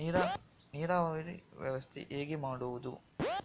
ನೀರಾವರಿ ವ್ಯವಸ್ಥೆ ಹೇಗೆ ಮಾಡುವುದು?